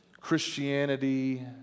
Christianity